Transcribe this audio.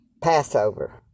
Passover